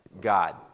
God